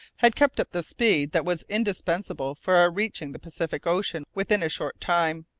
had kept up the speed that was indispensable for our reaching the pacific ocean within a short time.